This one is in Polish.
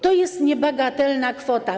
To jest niebagatelna kwota.